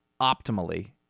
optimally